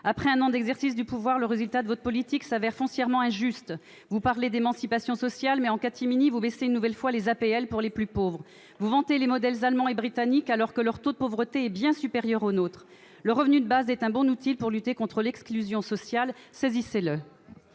Après un an d'exercice du pouvoir, le résultat de votre politique s'avère foncièrement injuste. Vous parlez d'émancipation sociale, mais, en catimini, vous baissez une nouvelle fois les APL pour les plus pauvres. Vous vantez les modèles allemand et britannique alors que leur taux de pauvreté est bien supérieur au nôtre. Le revenu de base est un bon outil pour lutter contre l'exclusion sociale, saisissez-le